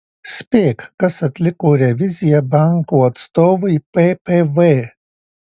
spėk kas atliko reviziją banko atstovui ppv